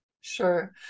Sure